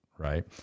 Right